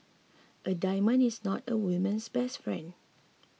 a diamond is not a woman's best friend